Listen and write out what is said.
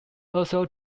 also